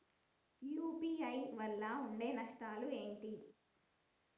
UPI వల్ల ఉండే నష్టాలు ఏంటి??